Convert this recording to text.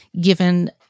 given